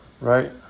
right